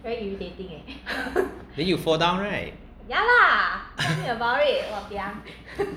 then you fall down right